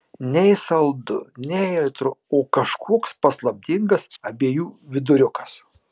nei saldu nei aitru o kažkoks paslaptingas abiejų viduriukas